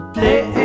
Play